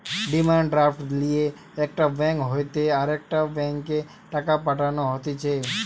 demand draft লিয়ে একটা bank হইতে আরেকটা ব্যাংকে টাকা পাঠানো হতিছে